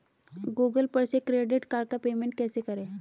Google पर से credit card का पेमेंट कैसे करें?